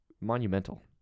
monumental